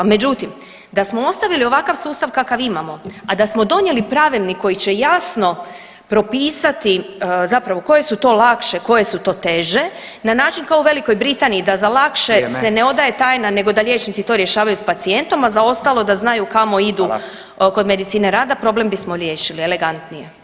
Međutim, da smo ostavili ovakav sustav kakav imamo, a da smo donijeli pravilnik koji će jasno propisati zapravo koje su to lakše, koje su to teže, na način kao u Velikoj Britaniji da za lakše se ne odaje tajna nego da liječnici to rješavaju s pacijentom, a za ostalo da znaju kamo idu kod medicine rada problem bismo riješili elegantnije.